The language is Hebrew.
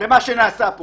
למה שנעשה פה